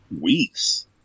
weeks